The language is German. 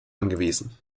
angewiesen